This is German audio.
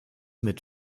mit